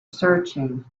searching